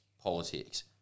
politics